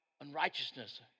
unrighteousness